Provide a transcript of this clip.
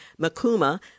Makuma